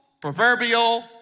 proverbial